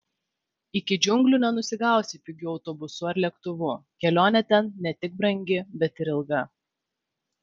iki džiunglių nenusigausi pigiu autobusu ar lėktuvu kelionė ten ne tik brangi bet ir ilga